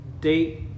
date